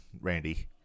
Randy